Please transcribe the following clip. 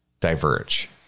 diverge